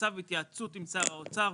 בצו או התייעצות עם שר האוצר,